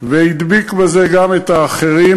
והדביק בזה גם את האחרים.